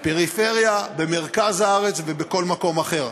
בפריפריה, במרכז הארץ ובכל מקום אחר.